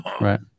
right